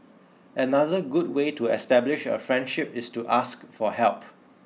another good way to establish a friendship is to ask for help